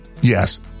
Yes